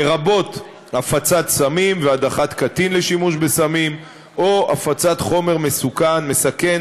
לרבות הפצת סמים והדחת קטין לשימוש בסמים או הפצת חומר מסכן,